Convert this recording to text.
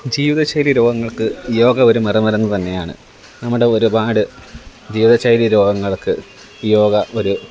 ജീവിതശൈലി രോഗങ്ങള്ക്ക് യോഗ ഒരു മറുമരുന്ന് തന്നെയാണ് നമ്മുടെ ഒരുപാട് ജീവിതശൈലി രോഗങ്ങള്ക്ക് യോഗ ഒരു